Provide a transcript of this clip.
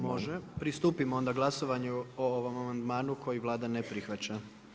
Može, pristupimo onda glasovanju o ovome amandmanu koji Vlada ne prihvaća.